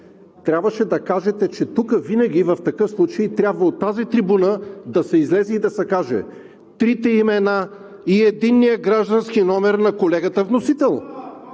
трябваше да кажете, че тук винаги в такъв случай трябва от тази трибуна да се излезе и да се кажат: трите имена и Единният граждански номер на колегата вносител.